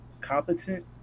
competent